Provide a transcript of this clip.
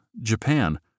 Japan